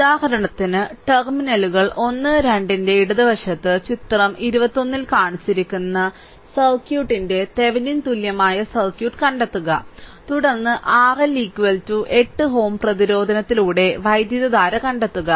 ഉദാഹരണത്തിന് ടെർമിനലുകൾ 1 2 ന്റെ ഇടതുവശത്ത് ചിത്രം 21 ൽ കാണിച്ചിരിക്കുന്ന സർക്യൂട്ടിന്റെ തെവെനിൻ തുല്യമായ സർക്യൂട്ട് കണ്ടെത്തുക തുടർന്ന് RL 8 Ω പ്രതിരോധത്തിലൂടെ വൈദ്യുതധാര കണ്ടെത്തുക